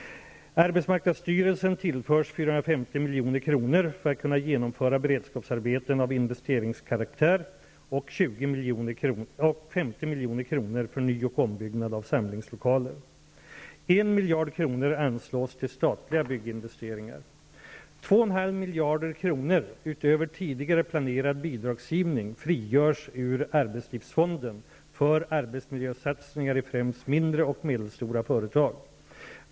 Arbetsmarknadsstyrelsen tillförs 450 milj.kr. för att kunna genomföra beredskapsarbeten av investeringskaraktär och 50 milj.kr. för ny och ombyggnad av samlingslokaler. -- 2,5 miljarder kronor utöver tidigare planerad bidragsgivning frigörs ur arbetslivsfonden för arbetsmiljösatsningar i främst mindre och medelstora företag.